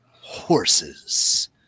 horses